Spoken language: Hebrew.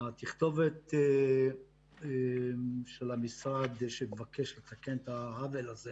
התכתובת של המשרד שמבקש לתקן את העוול הזה